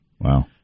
Wow